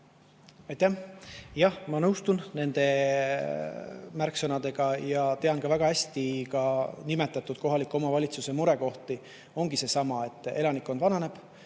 ma nõustun nende märksõnadega. Tean väga hästi ka nimetatud kohaliku omavalitsuse murekohti. Ongi seesama, et elanikkond vananeb,